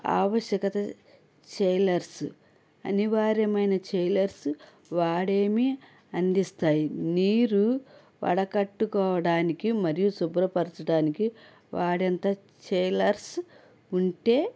ఆవశ్యకత చైలర్స్ అనివార్యమైన చైలర్స్ వాడేమి అందిస్తాయి నీరు వడకట్టుకోవడానికి మరియు శుభ్రపరచడానికి వాడెంత చైలర్స్ ఉంటే